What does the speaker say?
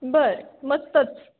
बरं मस्तच